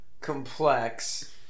complex